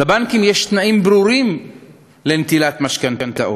לבנקים יש תנאים ברורים לנטילת משכנתאות,